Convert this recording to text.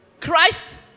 Christ